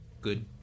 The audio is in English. Good